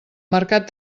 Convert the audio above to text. mercat